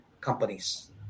companies